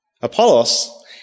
Apollos